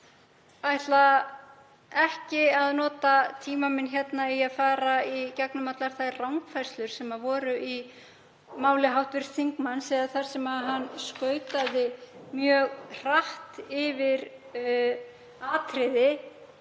ætla ekki að nota tíma minn í að fara í gegnum allar þær rangfærslur sem voru í máli hv. þingmanns eða þar sem hann skautaði mjög hratt yfir atriði